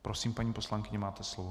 Prosím, paní poslankyně, máte slovo.